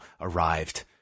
arrived